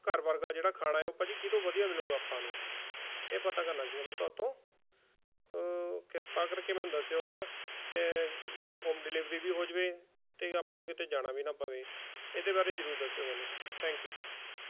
ਘਰ ਵਰਗਾ ਜਿਹੜਾ ਖਾਣਾ ਏ ਉਹ ਭਾਅ ਜੀ ਕਿਹ ਤੋਂ ਵਧੀਆ ਮਿਲੇਗਾ ਆਪਾਂ ਨੂੰ ਇਹ ਪਤਾ ਕਰਨਾ ਸੀਗਾ ਮੈਂ ਤੁਹਾਤੋਂ ਕਿਰਪਾ ਕਰਕੇ ਮੈਨੂੰ ਦੱਸਿਓ ਹੈ ਨਾ ਕਿ ਜਿਹਦੀ ਹੋਮ ਡਿਲੀਵਰੀ ਵੀ ਹੋ ਜਾਵੇ ਅਤੇ ਆਪਾਂ ਨੂੰ ਕਿਤੇ ਜਾਣਾ ਵੀ ਨਾ ਪਵੇ ਇਹਦੇ ਬਾਰੇ ਜ਼ਰੂਰ ਦੱਸਿਓ ਮੈਨੂੰ ਥੈਂਕ ਯੂ